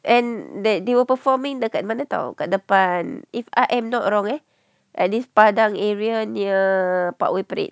and that they were performing dekat mana [tau] kat depan if I am not wrong eh at this padang area near parkway parade